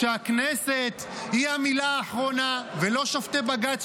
שהכנסת היא המילה האחרונה ולא שופטי בג"ץ,